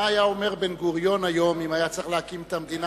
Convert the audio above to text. מה היה אומר בן-גוריון היום אם היה צריך להקים את המדינה,